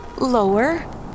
Lower